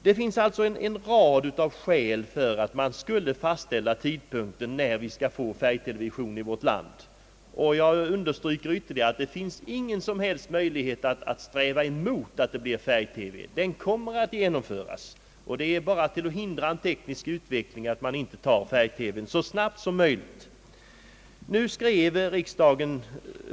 Det finns alltså en rad av skäl för att man skulle fastställa tidpunkten när vi skall få färgtelevision i vårt land, och jag understryker ytterligare att det finns ingen som helst möjlighet att sträva emot färgtelevisionen. Den kommer att genomföras, och det är bara att fördröja en teknisk utveckling om man inte inför färg-TV så snabbt som möjligt.